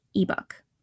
ebook